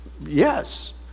Yes